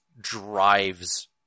drives